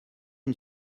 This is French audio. une